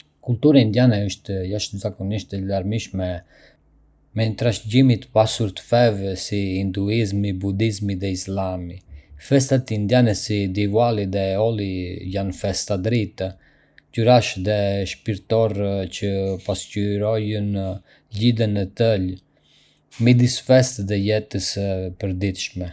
Kultura indiane është jashtëzakonisht e larmishme, me një trashëgimi të pasur të feve si hinduizmi, budizmi dhe islami. Festat indiane si Diwali dhe Holi janë festa drite, ngjyrash dhe shpirtërore që pasqyrojnë lidhjen e thellë midis fesë dhe jetës së përditshme.